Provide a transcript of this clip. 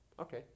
Okay